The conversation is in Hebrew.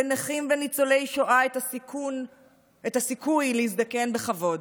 לנכים וניצולי שואה, את הסיכוי להזדקן בכבוד.